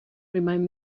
remind